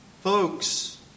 Folks